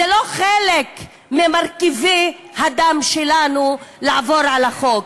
זה לא חלק ממרכיבי הדם שלנו לעבור על החוק.